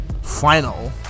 Final